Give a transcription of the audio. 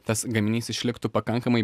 tas gaminys išliktų pakankamai